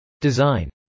Design